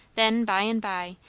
then, by and by,